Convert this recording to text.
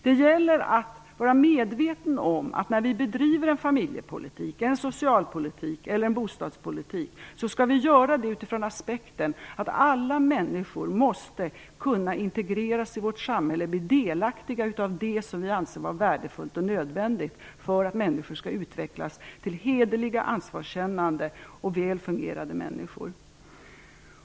Det gäller att vara medveten om att vi när vi bedriver familjepolitik, socialpolitik eller bostadspolitik skall göra det från den aspekten att alla människor måste kunna integreras i vårt samhälle och bli delaktiga i det som vi anser vara värdefullt och nödvändigt för att människor skall utvecklas till hederliga, ansvarskännande och väl fungerande människor.